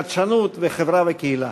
חדשנות וחברה וקהילה.